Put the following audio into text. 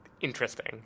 interesting